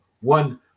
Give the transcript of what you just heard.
one